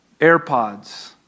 AirPods